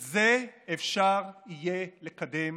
את זה אפשר יהיה אפשר לקדם